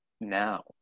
now